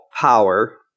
power